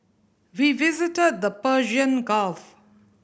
we visited the Persian Gulf